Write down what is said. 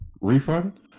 Refund